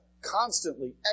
constantly